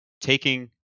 taking